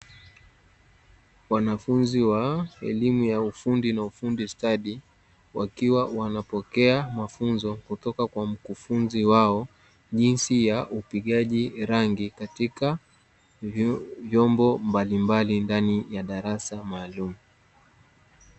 Wanafunzi wa elimu ya ufundi na ufundi stadi wakiwa wanapokea mafunzo kutoka kwa mkufunzi wao, jinsi ya upigaji rangi katika vyombo mbalimbali ndani ya darasa maalumu.